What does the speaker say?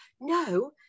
no